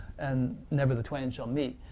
and never the twain shall meet,